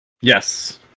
Yes